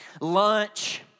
Lunch